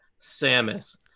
Samus